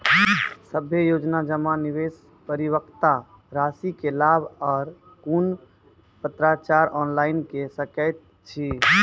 सभे योजना जमा, निवेश, परिपक्वता रासि के लाभ आर कुनू पत्राचार ऑनलाइन के सकैत छी?